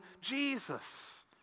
Jesus